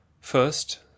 First